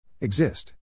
Exist